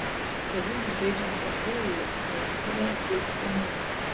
vėliau bus žaidžiama pakruojyje marijampolėje bei utenoje